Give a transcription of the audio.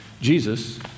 Jesus